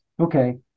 okay